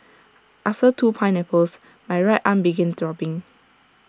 after two pineapples my right arm began throbbing